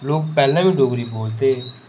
लोक पैह्लें गै डोगरी बोलदे हे